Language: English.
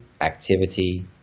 activity